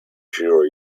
sure